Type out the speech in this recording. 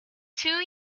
two